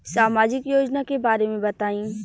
सामाजिक योजना के बारे में बताईं?